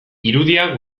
irudia